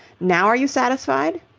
now are you satisfied?